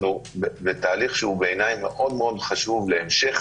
אנחנו בתהליך שהוא בעיניי מאוד מאוד חשוב להמשך